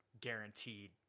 guaranteed